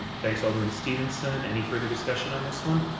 thanks alderman stevenson. any further discussion on this one?